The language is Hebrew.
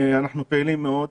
אנחנו פעילים מאוד,